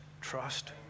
trust